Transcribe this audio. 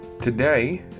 today